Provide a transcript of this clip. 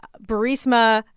burisma,